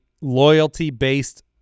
loyalty-based